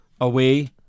away